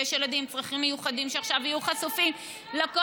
ויש ילדים עם צרכים מיוחדים שעכשיו יהיו חשופים לכל,